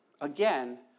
again